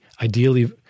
Ideally